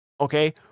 Okay